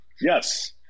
Yes